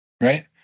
Right